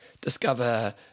discover